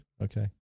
Okay